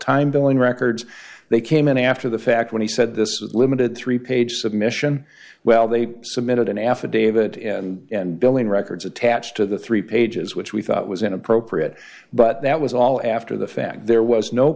billing records they came in after the fact when he said this was limited three page submission well they submitted an affidavit and billing records attached to the three pages which we thought was inappropriate but that was all after the fact there was no